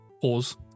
pause